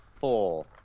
four